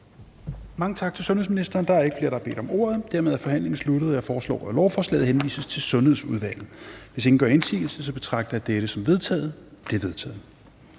Mange tak til sundhedsministeren. Der er ikke flere, der har bedt om ordet, og dermed er forhandlingen sluttet. Jeg foreslår, at lovforslaget henvises til Sundhedsudvalget. Hvis ingen gør indsigelse, betragter jeg dette som vedtaget. Det er vedtaget.